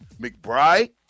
McBride